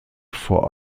vor